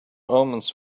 omens